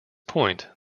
point